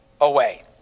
away